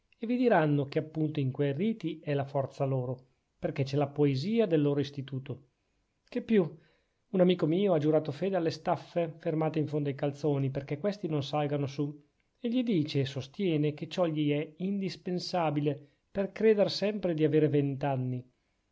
e vi diranno che appunto in quei riti è la forza loro perchè c'è la poesia del loro istituto che più un amico mio ha giurato fede alle staffe fermate in fondo ai calzoni perchè questi non salgano su egli dice e sostiene che ciò gli è indispensabile per creder sempre di avere vent'anni